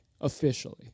officially